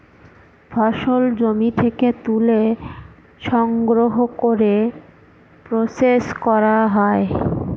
ফসল জমি থেকে তুলে সংগ্রহ করে প্রসেস করা হয়